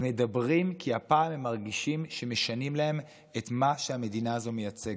הם מדברים כי הפעם הם מרגישים שמשנים להם את מה שהמדינה הזו מייצגת.